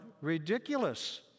ridiculous